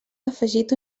afegit